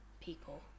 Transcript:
people